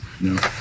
No